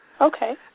Okay